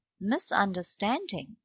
misunderstanding